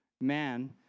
man